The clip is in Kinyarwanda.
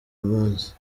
munsi